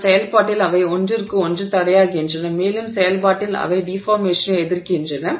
இந்த செயல்பாட்டில் அவை ஒன்றிற்கு ஒன்று தடையாகின்றன மேலும் செயல்பாட்டில் அவை டிஃபார்மேஷனை எதிர்க்கின்றன